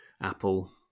Apple